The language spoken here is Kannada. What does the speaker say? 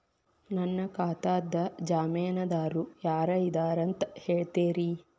ನನ್ನ ಖಾತಾದ್ದ ಜಾಮೇನದಾರು ಯಾರ ಇದಾರಂತ್ ಹೇಳ್ತೇರಿ?